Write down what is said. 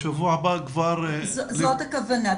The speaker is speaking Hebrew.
בשבוע הבא כבר --- זאת הכוונה,